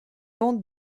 bandes